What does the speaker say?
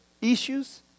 issues